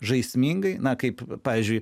žaismingai na kaip pavyzdžiui